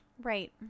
Right